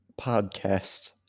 podcast